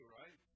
right